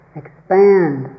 expand